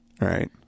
Right